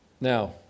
Now